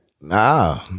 Nah